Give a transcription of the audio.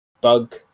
bug